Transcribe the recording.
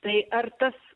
tai ar tas